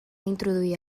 introduir